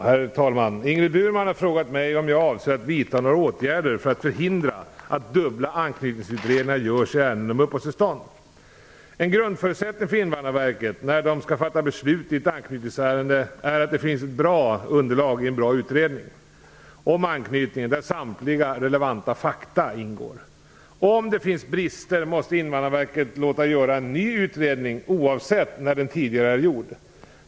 Herr talman! Ingrid Burman har frågat mig om jag avser att vidta några åtgärder för att förhindra att dubbla anknytningsutredningar görs i ärenden om uppehållstillstånd. En grundförutsättning för Invandrarverket när man skall fatta beslut i ett anknytningsärende är att det finns en bra utredning om anknytningen, där samtliga relevanta fakta ingår. Om det finns brister måste Invandrarverket låta göra en ny utredning, oavsett när den tidigare är gjord.